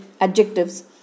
adjectives